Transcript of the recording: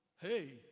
Hey